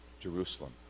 Jerusalem